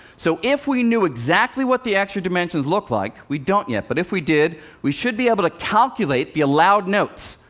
so, if we knew exactly what the extra dimensions look like we don't yet, but if we did we should be able to calculate the allowed notes,